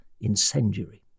incendiary